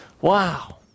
wow